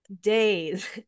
days